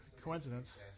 coincidence